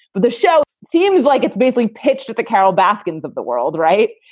but the show seems like it's basically pitched at the carol baskin's of the world. right.